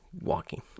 walking